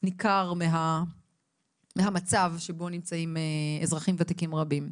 ניכר מהמצב שבו נמצאים אזרחים ותיקים רבים.